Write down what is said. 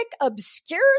obscure